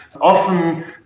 often